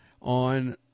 on